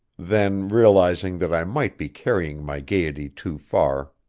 then realizing that i might be carrying my gayety too far,